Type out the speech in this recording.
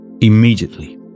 Immediately